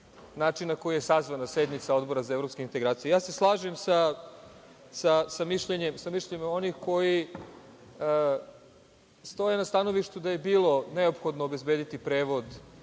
na koji je sazvana sednica Odbora za evropske integracije. Ja se slažem sa mišljenjem onih koji stoje na stanovištu da je bilo neophodno obezbediti prevod